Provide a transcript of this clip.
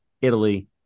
Italy